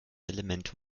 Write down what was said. element